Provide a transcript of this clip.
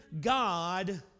God